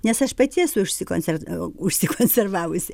nes aš pati esu užsikonser užsikonservavusi